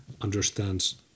understands